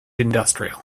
industrial